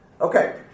Okay